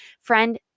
friend